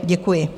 Děkuji.